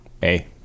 Hey